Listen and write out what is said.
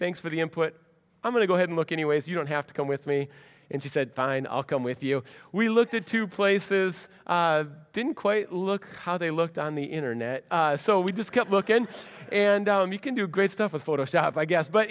thanks for the input i'm going to go ahead and look anyways you don't have to come with me and she said fine i'll come with you we looked at two places didn't quite look how they looked on the internet so we just kept looking and you can do great stuff with photoshop i guess but